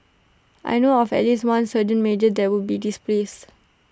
I know of at least one sergeant major that would be displeased